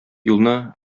юлны